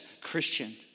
Christian